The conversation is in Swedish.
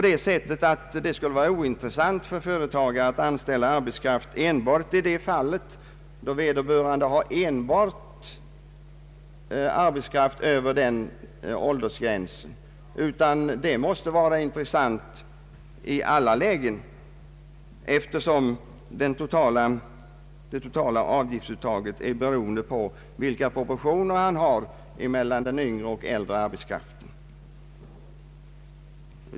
Det skulle inte vara av intresse för företagare att anställa äldre arbetskraft endast i de fall då vederbörande har enbart sådana personer anställda som uppnått den föreslagna åldersgränsen, utan det måste vara intressant i alla lägen, eftersom det totala avgiftsuttaget är beroende på proportionerna mellan yngre och äldre arbetskraft.